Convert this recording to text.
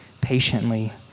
patiently